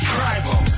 Tribal